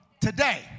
Today